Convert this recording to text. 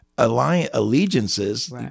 Allegiances